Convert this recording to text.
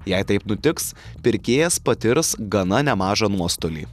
jei taip nutiks pirkėjas patirs gana nemažą nuostolį